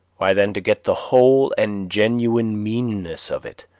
why then to get the whole and genuine meanness of it,